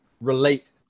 relate